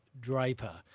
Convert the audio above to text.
Draper